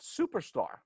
superstar